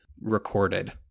recorded